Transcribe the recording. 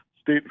state